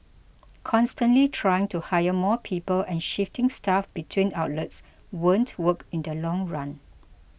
constantly trying to hire more people and shifting staff between outlets won't work in the long run